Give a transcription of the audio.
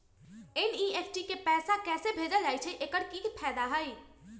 NEFT से पैसा कैसे भेजल जाइछइ? एकर की फायदा हई?